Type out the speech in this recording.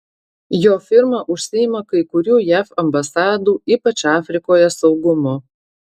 jo firma užsiima kai kurių jav ambasadų ypač afrikoje saugumu